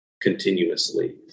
continuously